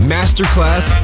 Masterclass